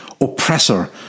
oppressor